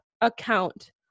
account